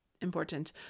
important